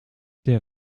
der